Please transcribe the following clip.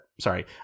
Sorry